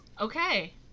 Okay